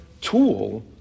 tool